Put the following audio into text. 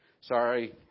Sorry